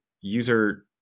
user